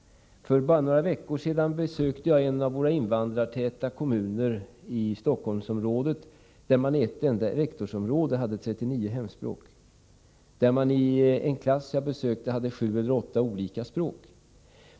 För bara några veckor sedan besökte jag en av våra invandrartäta kommuner i Stockholmsområdet, där man i ett enda rektorsområde hade 39 hemspråk. I en klass som jag besökte hade man sju eller åtta olika språk.